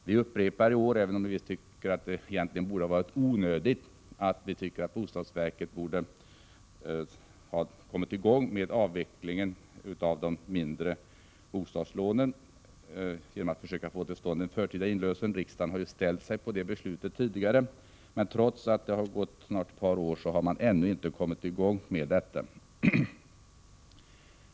Vi upprepar i år, även om vi tycker att det egentligen borde vara onödigt, att bostadsverket borde ha kommit i gång med avvecklingen av de mindre bostadslånen genom att försöka få till stånd en förtida inlösen. Riksdagen har ju tidigare ställt sig bakom detta, men trots att det har gått snart ett par år har man ännu inte kommit i gång.